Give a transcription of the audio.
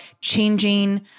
changing